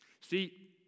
See